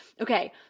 Okay